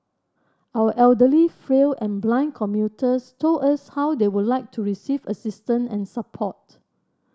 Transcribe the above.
our elderly frail and blind commuters told us how they would like to receive assistance and support